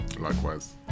Likewise